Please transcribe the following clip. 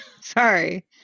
Sorry